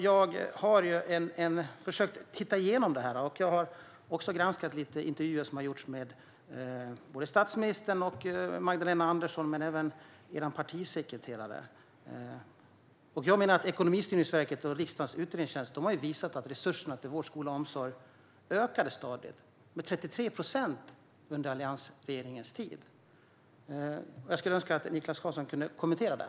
Jag har försökt titta igenom detta. Jag har också granskat lite intervjuer som har gjorts med statsministern och med Magdalena Andersson och även med er partisekreterare. Ekonomistyrningsverket och riksdagens utredningstjänst har visat att resurserna till vård, skola och omsorg stadigt ökade, med 33 procent, under alliansregeringens tid. Jag skulle önska att Niklas Karlsson kunde kommentera det.